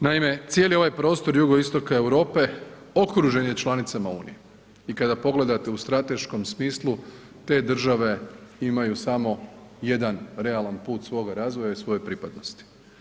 Naime, cijeli ovaj prostor jugoistoka Europe okružen je članicama Unije i kada pogledate u strateškom smislu te države imaju samo jedan realan put svog razvoja i svoje pripadnosti.